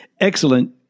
Excellent